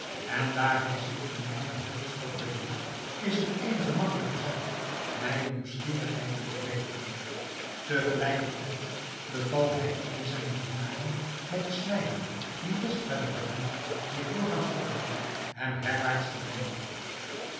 en daar hij zich in mijne hoofdstad bevindt is het eene gemakkelijke zaak mijne nieuwsgierigheid te bevredigen te gelijker tijd beval hij een zijner dienaren met den snijder die wist waar de barbier zich doorgaans ophield hem herwaarts te brengen